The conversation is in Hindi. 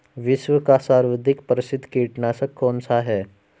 विश्व का सर्वाधिक प्रसिद्ध कीटनाशक कौन सा है?